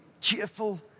cheerful